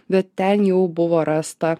bet ten jau buvo rasta